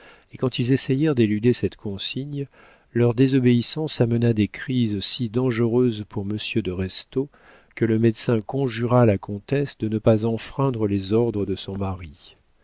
et quand ils essayèrent d'éluder cette consigne leur désobéissance amena des crises si dangereuses pour monsieur de restaud que le médecin conjura la comtesse de ne pas enfreindre les ordres de son mari